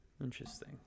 Interesting